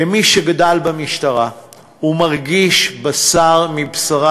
כמי שגדל במשטרה ומרגיש בשר מבשרה,